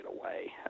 away